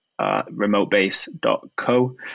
remotebase.co